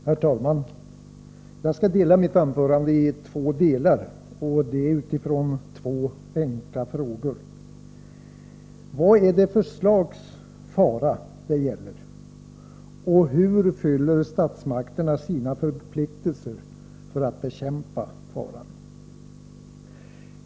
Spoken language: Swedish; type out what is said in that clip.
Herr talman! Jag skall dela mitt anförande i två delar, och detta utifrån två enkla frågor: Vad är det för slags fara det gäller, och hur fyller statsmakterna sina förpliktelser att bekämpa faran?